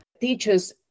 Teachers